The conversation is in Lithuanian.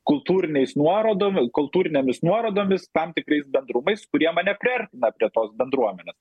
kultūriniais nuorodom kultūrinėmis nuorodomis tam tikrais bendrumais kurie mane priartina prie tos bendruomenės